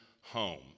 home